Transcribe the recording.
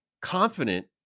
confident